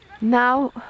now